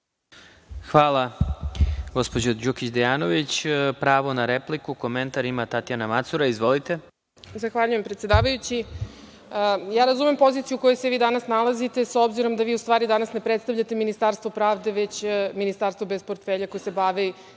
Hvala gospođo Đukić Dejanović. Pravo na repliku, komentar ima Tatjana Macura. Izvolite. **Tatjana Macura** Zahvaljujem predsedavajući. Razumem poziciju u kojoj se vi danas nalazite, s obzirom da vi u stvari danas ne predstavljate Ministarstvo pravde već Ministarstvo bez portfelja koje se bavi